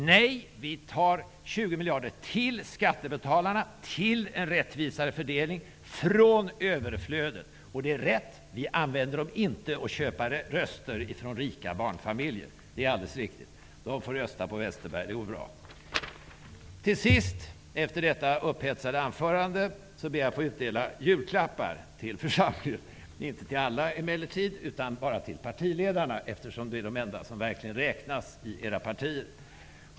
Nej, vi tar 20 miljarder och ger dem till skattebetalarna, till en rättvisare fördelning, från överflödet. Det är alldeles riktigt att vi inte använder detta för att köpa röster från rika barnfamiljer. De får rösta på Westerberg, det går bra. Efter detta upphetsade anförande ber jag till sist att få utdela julklappar till församlingen -- inte till alla emellertid, utan bara till partiledarna, eftersom de är de enda som verkligen räknas i era partier.